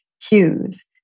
cues